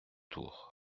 tour